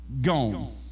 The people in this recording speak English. gone